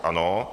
Ano?